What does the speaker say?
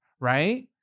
Right